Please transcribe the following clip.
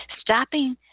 Stopping